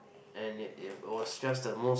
and it it was just the most